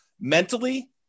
mentally